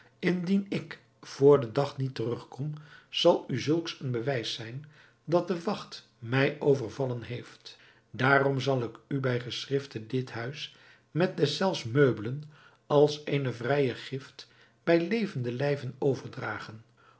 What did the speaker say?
indien ik vr den dag niet terugkom zal u zulks een bewijs zijn dat de wacht mij overvallen heeft daarom zal ik u bij geschrifte dit huis met deszelfs meubelen als eene vrije gift bij levenden lijve overdragen